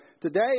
Today